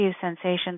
sensations